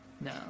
No